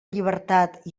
llibertat